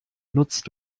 nutzt